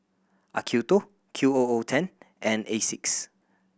Acuto Q O O ten and Asics